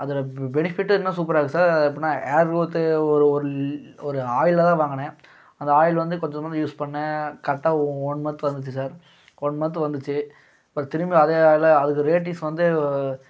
அதில் பெனிஃபிட்டு இன்னும் சூப்பராக இருக்கும் சார் எப்டின்னா ஹேர் குரோத்து ஒரு ஒரு ஒரு ஆயில் தான் வாங்குனேன் அந்த ஆயில் வந்து கொஞ்சமாக தான் யூஸ் பண்ணிணேன் கரெக்டாக ஒன் மன்த் வந்துச்சு சார் ஒன் மன்த் வந்துச்சு அப்புறம் திரும்பி அதே ஆயில் அதுக்கு ரேட்டிங்ஸ் வந்து